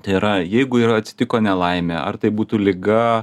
tai yra jeigu ir atsitiko nelaimė ar tai būtų liga